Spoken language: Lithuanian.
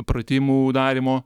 pratimų darymo